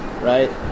Right